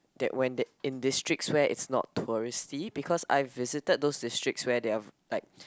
that when there in districts where it's not touristy because I've visited those districts where they are like